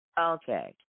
Okay